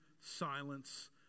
silence